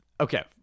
Okay